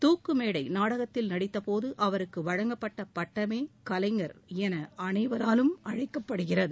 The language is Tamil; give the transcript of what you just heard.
துக்குமேடை நாடகத்தில் நடித்த போது அவருக்கு வழங்கப்பட்ட பட்டமே கவைஞர் என அனைவராலும் அழைக்கப்படுகிறது